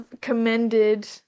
commended